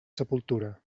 sepultura